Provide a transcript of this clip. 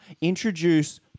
Introduce